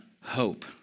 hope